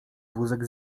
wózek